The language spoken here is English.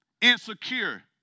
insecure